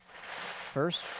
First